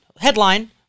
headline